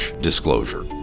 Disclosure